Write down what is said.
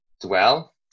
dwell